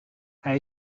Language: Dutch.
hij